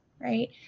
right